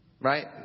Right